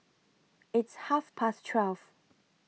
its Half Past twelve